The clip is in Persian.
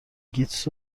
گیتس